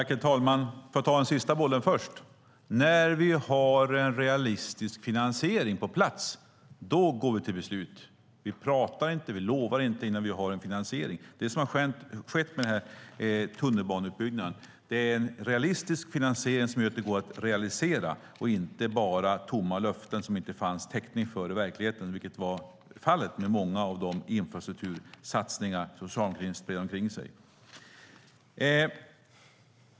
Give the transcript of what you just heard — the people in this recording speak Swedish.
Herr talman! Låt mig ta det sista först. När vi har en realistisk finansiering på plats går vi till beslut. Vi pratar inte och lovar inte innan vi har finansiering. Det är det som har skett när det gäller tunnelbaneutbyggnaden. Det finns en realistisk finansiering som gör att det går att förverkliga. Det är inte bara tomma löften utan täckning i verkligheten, vilket var fallet med många av de infrastruktursatsningar som socialdemokratin utlovade.